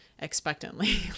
expectantly